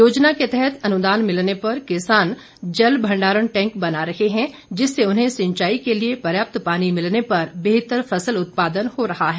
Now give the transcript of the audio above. योजना के तहत अनुदान मिलने पर किसान जल भंडारण टैंक बना रहे हैं जिससे उन्हें सिंचाई के लिए पर्याप्त पानी मिलने पर बेहतर फसल उत्पादन हो रहा है